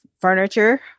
Furniture